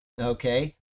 Okay